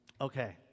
okay